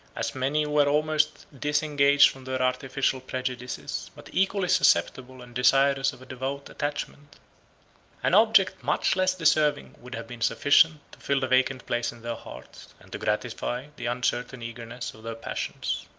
as many were almost disengaged from their artificial prejudices, but equally susceptible and desirous of a devout attachment an object much less deserving would have been sufficient to fill the vacant place in their hearts, and to gratify the uncertain eagerness of their passions.